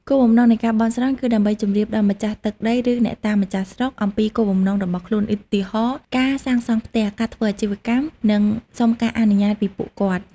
គោលបំណងនៃការបន់ស្រន់គឺដើម្បីជម្រាបដល់ម្ចាស់ទឹកដី ឬអ្នកតាម្ចាស់ស្រុកអំពីគោលបំណងរបស់ខ្លួន ឧទាហរណ៍ ការសាងសង់ផ្ទះ ការធ្វើអាជីវកម្ម និងសុំការអនុញ្ញាតពីពួកគាត់។